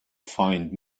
find